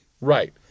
Right